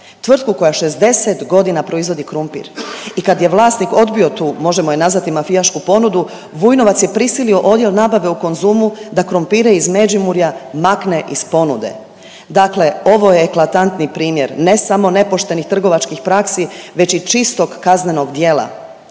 tvrtku koja 60 godina proizvodi krumpir. I kad je vlasnik odbio tu možemo je nazvati mafijašku ponudu Vujnovac je prisilio Odjel nabave u Konzumu da krumpire iz Međimurja makne iz ponude. Dakle, ovo je eklatantni primjer ne samo nepoštenih trgovačkih praksi već i čistog kaznenog djela.